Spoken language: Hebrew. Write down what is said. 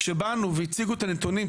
כשבאו והציגו את הנתונים ,